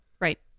Right